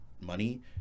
money